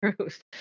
truth